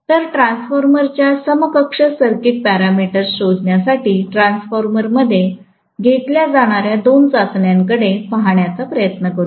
तर ट्रान्सफॉर्मरच्या समकक्ष सर्किट पॅरामीटर्स शोधण्यासाठी ट्रान्सफॉर्मर मध्ये घेतल्या जाणार्या दोन चाचण्यांकडे पाहण्याचा प्रयत्न करूया